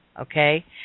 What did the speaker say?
okay